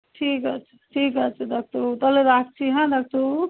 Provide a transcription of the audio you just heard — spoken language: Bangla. ঠিক আছে ঠিক আছে ডাক্তারবাবু তাহলে রাখছি হ্যাঁ ডাক্তারবাবু